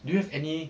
do you have any